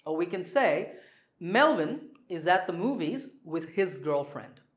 ah we can say melvin is at the movies with his girlfriend.